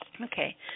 Okay